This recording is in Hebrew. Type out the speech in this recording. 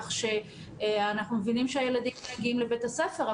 כך שאנחנו מבינים שהילדים מגיעים לבית הספר.